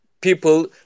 People